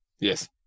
yes